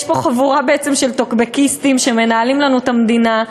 יש פה בעצם חבורה של טוקבקיסטים שמנהלים לנו את המדינה,